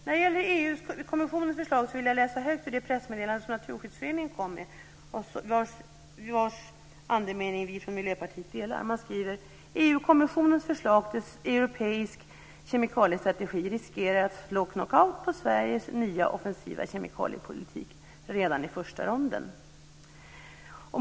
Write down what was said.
När gäller EU-kommissionens förslag vill jag läsa högt ur det pressmeddelande som Naturskyddsföreningen kom med och vars andemening vi i Miljöpartiet delar. Man skriver: "EU-kommissionens förslag till europeisk kemikaliestrategi riskerar att slå knockout på Sveriges nya offensiva kemikaliepolitik redan i första ronden."